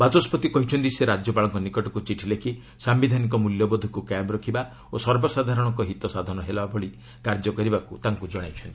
ବାଚସ୍କତି କହିଛନ୍ତି ସେ ରାଜ୍ୟପାଳଙ୍କ ନିକଟକୁ ଚିଠି ଲେଖି ସାୟିଧାନିକ ମୂଲ୍ୟବୋଧକୁ କାୟମ ରଖିବା ଓ ସର୍ବସାଧାରଣଙ୍କ ହିତ ସାଧନ ହେବା ଭଳି କାର୍ଯ୍ୟ କରିବାକୁ ତାଙ୍କୁ ଜଣାଇଛନ୍ତି